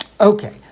Okay